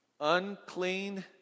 Unclean